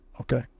okay